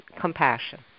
compassion